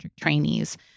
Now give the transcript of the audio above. trainees